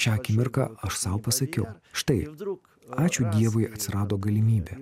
šią akimirką aš sau pasakiau štai ačiū dievui atsirado galimybė